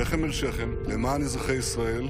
התשפ"ד 2023,